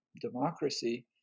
democracy